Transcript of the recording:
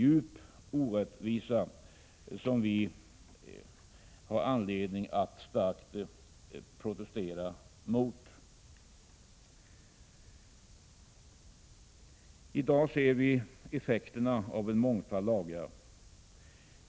Och målet för denna lagstiftning har varit företagarna. I dag ser vi effekterna av denna mångfald av lagar.